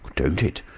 don't it?